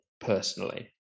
personally